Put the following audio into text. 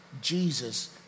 Jesus